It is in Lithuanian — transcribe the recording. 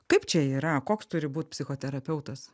kaip čia yra koks turi būt psichoterapeutas